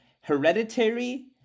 Hereditary